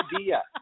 idea